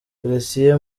felicien